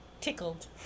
tickled